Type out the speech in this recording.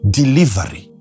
delivery